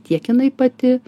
tiek jinai pati